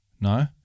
No